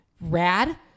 rad